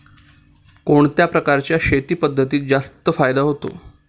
कोणत्या प्रकारच्या शेती पद्धतीत जास्त फायदा होतो?